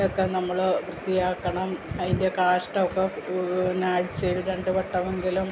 ഒക്കെ നമ്മൾ വൃത്തിയാക്കണം അതിൻ്റെ കാഷ്ടമൊക്കെ അടിച്ച് രണ്ടു വട്ടമെങ്കിലും